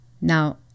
Now